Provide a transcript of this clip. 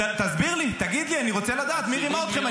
תסביר לי, תגיד לי, אני רוצה לדעת מי רימה אתכם.